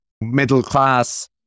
middle-class